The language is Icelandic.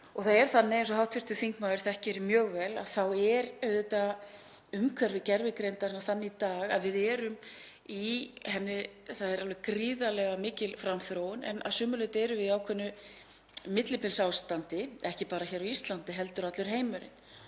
og stofnunum. Eins og hv. þingmaður þekkir mjög vel þá er auðvitað umhverfi gervigreindarinnar þannig í dag að það er alveg gríðarlega mikil framþróun. En að sumu leyti erum við í ákveðnu millibilsástandi, ekki bara hér á Íslandi heldur allur heimurinn.